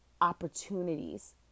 opportunities